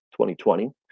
2020